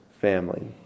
family